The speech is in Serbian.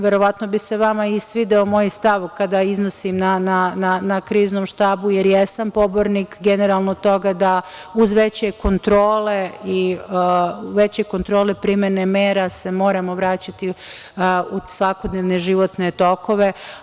Verovatno bi se vama i svideo moj stav kada iznosim na Kriznom štabu, jer jesam pobornik generalno toga da, uz veće kontrole primene mera, se moramo vraćati u svakodnevne životne tokove.